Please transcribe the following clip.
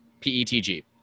PETG